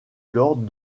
lors